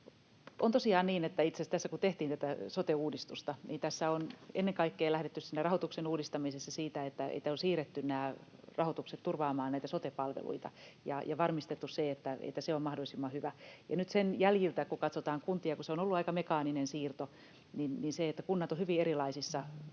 On tosiaan niin, että itse asiassa kun tehtiin tätä sote-uudistusta, niin tässä on ennen kaikkea lähdetty siinä rahoituksen uudistamisessa siitä, että on siirretty nämä rahoitukset turvaamaan näitä sote-palveluita ja varmistettu se, että se on mahdollisimman hyvä. Ja nyt sen jäljiltä kun katsotaan kuntia, kun se on ollut aika mekaaninen siirto, niin kunnat ovat hyvin erilaisissa